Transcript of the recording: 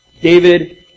David